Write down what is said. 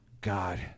God